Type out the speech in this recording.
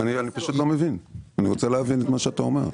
אני פשוט לא מבין ואני רוצה להבין את מה שאתה אומר.